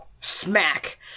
smack